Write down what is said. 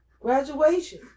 graduation